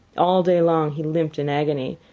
all day long he limped in agony,